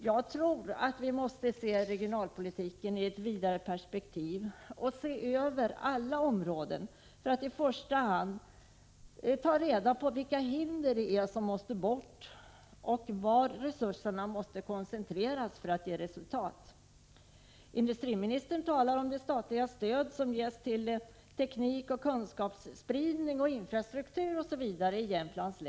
Jag tror att vi måste se regionalpolitiken i ett vidare perspektiv och se över alla områden, för att i första hand ta reda på vilka hinder som måste bort och var resurserna måste koncentreras för att ge resultat. Industriministern talar om det statliga stöd som ges till teknikoch 155 Prot. 1985/86:104 = kunskapsspridning, förbättrad infrastruktur osv. i Jämtlands län.